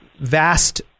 vast